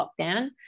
lockdown